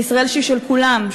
ישראל שהיא של כולם,